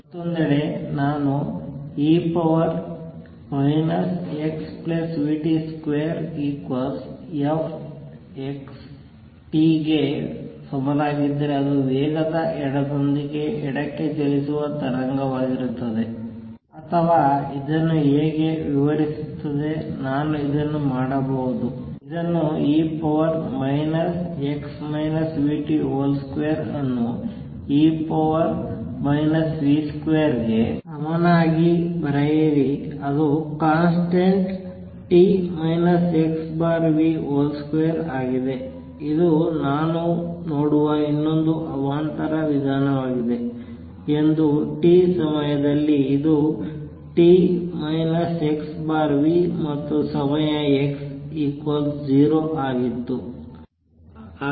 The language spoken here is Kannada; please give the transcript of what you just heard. ಮತ್ತೊಂದೆಡೆ ನಾನು e xvt2 f x t ಗೆ ಸಮನಾಗಿದ್ದರೆ ಅದು ವೇಗದ ಎಡದೊಂದಿಗೆ ಎಡಕ್ಕೆ ಚಲಿಸುವ ತರಂಗವಾಗಿರುತ್ತದೆ ಅಥವಾ ಇದನ್ನು ಹೇಗೆ ವಿವರಿಸುತ್ತದೆ ನಾನು ಇದನ್ನು ಮಾಡಬಹುದು ಇದನ್ನು e 2 ಅನ್ನು e v2 ಗೆ ಸಮನಾಗಿ ಬರೆಯಿರಿ ಅದು ಕನ್ಸ್ಟೆನ್ಟ್ t x v2 ಆಗಿದೆ ಇದು ನಾನು ನೋಡುವ ಇನ್ನೊಂದು ಅವಾಂತರ ವಿಧಾನವಾಗಿದೆ ಎಂದು t ಸಮಯದಲ್ಲಿ ಇದು t - xv ಮತ್ತು ಸಮಯ x 0 ಆಗಿತ್ತು